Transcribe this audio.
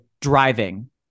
driving